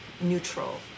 neutral